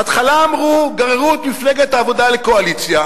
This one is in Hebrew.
בהתחלה אמרו: גררו את מפלגת העבודה לקואליציה.